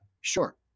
sure